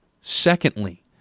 Secondly